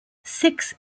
six